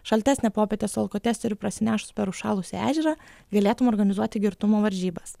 šaltesnė popietė su alkotesteriu prasinešus per užšalusį ežerą galėtum organizuoti girtumo varžybas